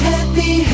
Happy